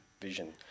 Vision